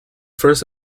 first